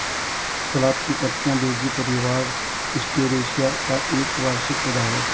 सलाद की पत्तियाँ डेज़ी परिवार, एस्टेरेसिया का एक वार्षिक पौधा है